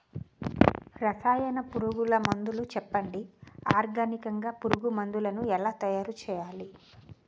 రసాయన పురుగు మందులు చెప్పండి? ఆర్గనికంగ పురుగు మందులను ఎలా తయారు చేయాలి?